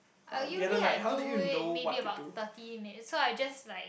I usually I do it maybe about thirty minutes so I just like